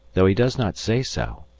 though he does not say so,